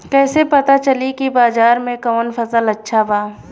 कैसे पता चली की बाजार में कवन फसल अच्छा बा?